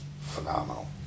phenomenal